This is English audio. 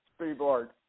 Speedboard